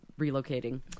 relocating